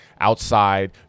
outside